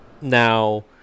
Now